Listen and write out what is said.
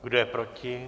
Kdo je proti?